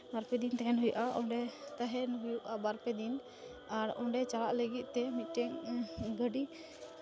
ᱵᱟᱨ ᱯᱮ ᱫᱤᱱ ᱛᱟᱦᱮᱱ ᱦᱩᱭᱩᱜᱼᱟ ᱚᱸᱰᱮ ᱛᱟᱦᱮᱱ ᱦᱩᱭᱩᱜᱼᱟ ᱵᱟᱨᱯᱮ ᱫᱤᱱ ᱟᱨ ᱚᱸᱰᱮ ᱪᱟᱞᱟᱜ ᱞᱟᱹᱜᱤᱫ ᱛᱮ ᱢᱤᱫᱴᱮᱱ ᱜᱟᱹᱰᱤ